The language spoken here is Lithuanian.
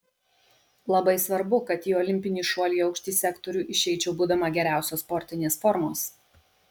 labai svarbu kad į olimpinį šuolių į aukštį sektorių išeičiau būdama geriausios sportinės formos